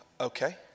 okay